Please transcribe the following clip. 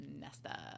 Nesta